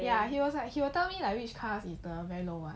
ya he was like he will tell me like which cars is the very low one